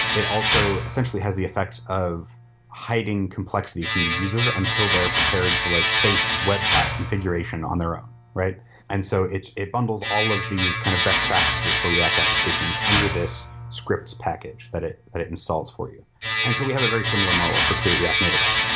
it also essentially has the effect of hiding complexity from the user until they're prepared to like face web part configuration on their own. and so it it bundles all of these kind of best practices for react applications under this script package that it that it installs for you. and so we have a very similar model for create react native app.